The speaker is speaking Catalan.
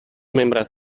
membres